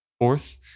Fourth